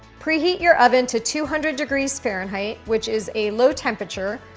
preheat your oven to two hundred degrees fahrenheit, which is a low temperature.